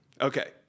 Okay